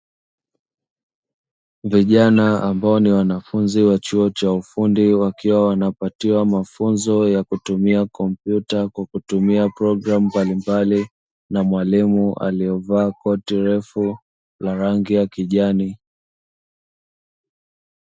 Vijana ambao ni wanafunzi wa chuo cha ufundi, wakiwa wanapatiwa mafunzo ya kutumia kompyuta kwa kutumia programu mbalimbali na mwalimu aliyevaa koti refu la rangi ya kijani.